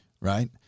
Right